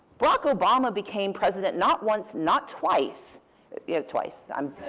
barack obama became president not once, not twice yeah, twice, i'm